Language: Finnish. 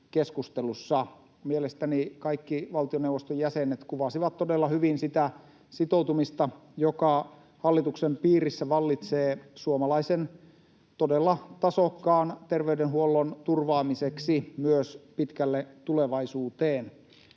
Mielestäni kaikki valtioneuvoston jäsenet kuvasivat todella hyvin sitä sitoutumista, joka hallituksen piirissä vallitsee suomalaisen todella tasokkaan terveydenhuollon turvaamiseksi myös pitkälle tulevaisuuteen.